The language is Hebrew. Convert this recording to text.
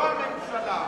לא הממשלה.